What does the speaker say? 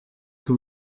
que